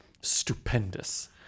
stupendous